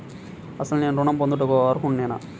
అసలు నేను ఋణం పొందుటకు అర్హుడనేన?